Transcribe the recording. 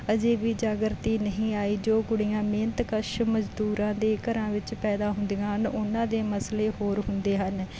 ਅਜੇ ਵੀ ਜਾਗਰਤੀ ਨਹੀਂ ਆਈ ਜੋ ਕੁੜੀਆਂ ਮਿਹਨਤ ਕਸ਼ ਮਜ਼ਦੂਰਾਂ ਦੇ ਘਰਾਂ ਵਿੱਚ ਪੈਦਾ ਹੁੰਦੀਆਂ ਹਨ ਉਹਨਾਂ ਦੇ ਮਸਲੇ ਹੋਰ ਹੁੰਦੇ ਹਨ